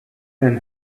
then